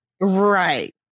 Right